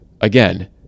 Again